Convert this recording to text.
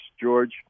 George